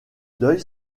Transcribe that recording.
deuil